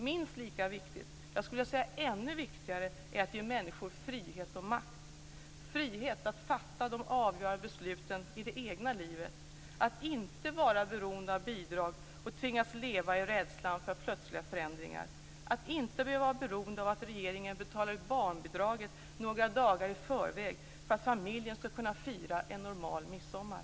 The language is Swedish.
Minst lika viktigt - jag skulle vilja säga ännu viktigare - är att ge människor frihet och makt. Människor skall ha frihet att fatta de avgörande besluten i det egna livet, att inte vara beroende av bidrag och tvingas leva i rädsla för plötsliga förändringar, att inte behöva vara beroende av att regeringen betalar ut barnbidraget några dagar i förväg för att familjen skall kunna fira en normal midsommar.